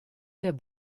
der